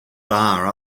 bar